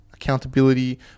accountability